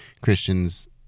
Christians